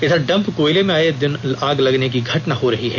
इधर डंप कोयले में आए दिन आग लगने की घटना हो रही है